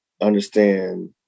Understand